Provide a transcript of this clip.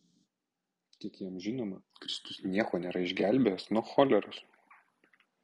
kiek jam žinoma kristus nieko nėra išgelbėjęs nuo choleros